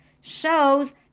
shows